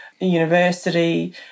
university